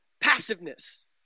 passiveness